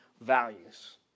values